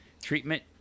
Treatment